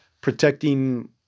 protecting